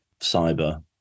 cyber